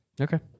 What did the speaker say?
Okay